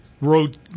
wrote